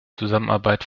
zusammenarbeit